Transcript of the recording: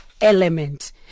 element